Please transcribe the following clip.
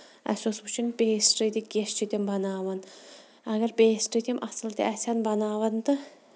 اَسہِ ٲسۍ وُچھِنۍ پیسٹری تہِ کِژھ چھِ تِم بَناوان اَگر پیسٹری تِم اَصٕل تہِ آسِہن بَناون تہٕ